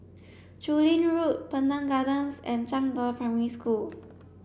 Chu Lin Road Pandan Gardens and Zhangde Primary School